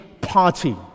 party